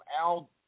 Al